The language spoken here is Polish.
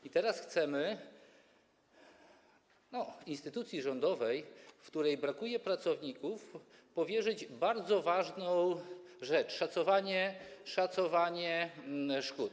A teraz chcemy instytucji rządowej, w której brakuje pracowników, powierzyć bardzo ważną rzecz: szacowanie szkód.